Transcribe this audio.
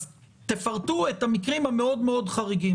אז תפרטו את המקרים המאוד מאוד חריגים.